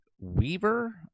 Weaver